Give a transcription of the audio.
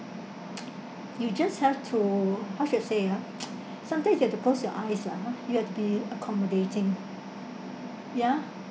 you just have to how should I say ah sometimes you have to close your eyes lah hor you have to be accommodating ya